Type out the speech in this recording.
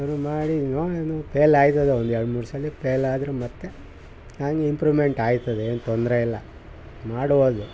ಶುರು ಮಾಡಿದ್ನೊ ಏನು ಫೇಲ್ ಆಯ್ತದೆ ಒಂದು ಎರಡು ಮೂರು ಸಲ ಫೇಲಾದ್ರು ಮತ್ತೆ ಹಂಗೆ ಇಂಪ್ರೂವ್ಮೆಂಟ್ ಆಗ್ತದೆ ಏನು ತೊಂದರೆಯಿಲ್ಲ ಮಾಡ್ಬೋದು